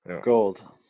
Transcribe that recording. Gold